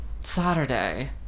Saturday